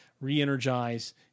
Re-energize